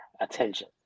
attention